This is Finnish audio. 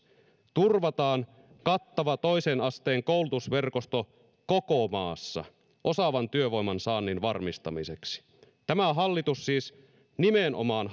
turvataan kattava toisen asteen koulutusverkosto koko maassa osaavan työvoiman saannin varmistamiseksi tämä hallitus siis nimenomaan